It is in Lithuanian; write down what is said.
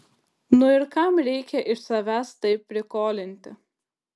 nu ir kam reikia iš savęs taip prikolinti